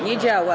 Nie działa.